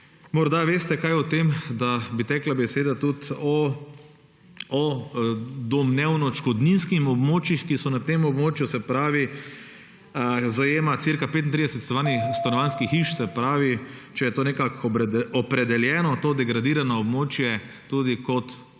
Morda veste kaj o tem, da bi tekla beseda tudi o domnevno odškodninskih območjih, ki so na tem območju, ki zajema okoli 35 stanovanjskih hiš? Ali je nekako opredeljeno to degradirano območje tudi kot,